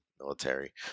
military